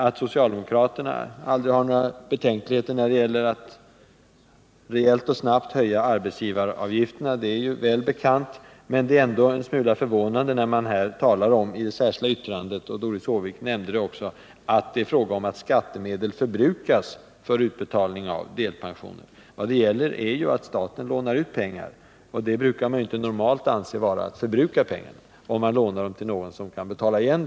Att socialdemokraterna aldrig har några betänkligheter när det gäller att rejält och snabbt höja arbetsgivaravgifterna är väl bekant. Men det är ändå en smula förvånande när man i det särskilda yttrandet — Doris Håvik nämnde det också — talar om att det är fråga om att skattemedel ”förbrukas” för utbetalning av delpension. Vad det gäller är att staten lånar ut pengar — och det brukar man normalt inte anse vara att förbruka medel, om man lånar ut till någon som kan betala igen.